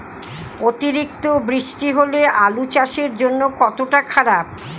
অতিরিক্ত বৃষ্টি হলে আলু চাষের জন্য কতটা খারাপ?